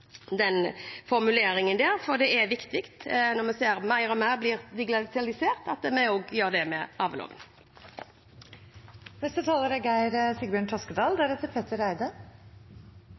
den formuleringen. For det er viktig, når vi ser at mer og mer blir digitalisert, at vi også gjør det med arveloven. Arv og skifte er